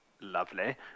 lovely